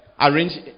Arrange